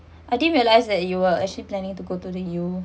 I didn't realize that you will actually planning to go to the U